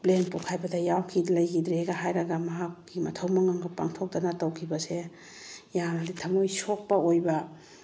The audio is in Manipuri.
ꯄ꯭ꯂꯦꯟ ꯄꯣꯛꯈꯥꯏꯕꯗ ꯌꯥꯎꯈꯤ ꯂꯩꯈꯤꯗ꯭ꯔꯦꯒ ꯍꯥꯏꯔꯒ ꯃꯍꯥꯛꯀꯤ ꯃꯊꯧ ꯃꯉꯝꯒ ꯄꯥꯡꯊꯣꯛꯇꯅ ꯇꯧꯈꯤꯕꯁꯦ ꯌꯥꯝꯅꯗꯤ ꯊꯃꯣꯏ ꯁꯣꯛꯄ ꯑꯣꯏꯕ